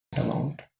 amount